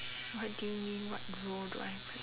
what do you mean what role do I play